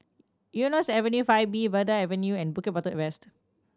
Eunos Avenue Five B Verde Avenue and Bukit Batok West